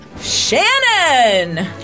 Shannon